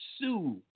sue